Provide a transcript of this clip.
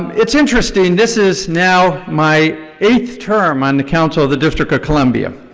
it's interesting, this is now my eighth term on the council of the district of columbia.